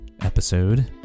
episode